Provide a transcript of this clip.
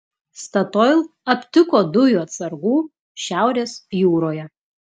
statoil aptiko dujų atsargų šiaurės jūroje